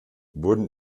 wurden